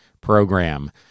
program